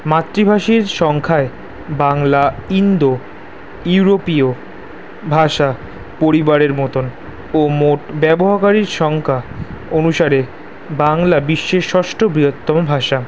মাতৃভাষীর সংখ্যায় বাংলা ইন্দো ইউরোপীয় ভাষা পরিবারের মতন ও মোট ব্যবহারকারীর সংখ্যা অনুসারে বাংলা বিশ্বের ষষ্ঠ বৃহত্তম ভাষা